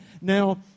Now